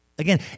Again